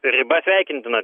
riba sveikintina